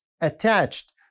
attached